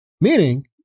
meaning